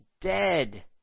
dead